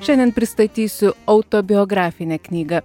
šiandien pristatysiu autobiografinę knygą